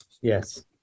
Yes